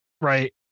right